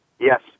Yes